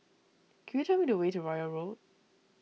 could you tell me the way to Royal Road